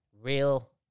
Real